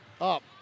Up